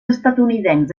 estatunidencs